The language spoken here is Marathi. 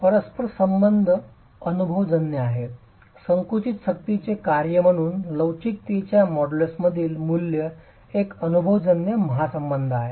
परस्परसंबंध अनुभवजन्य आहे संकुचित शक्तीचे कार्य म्हणून लवचिकतेच्या मॉड्यूलसमधील मूल्य एक अनुभवजन्य सहसंबंध आहे